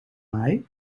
mij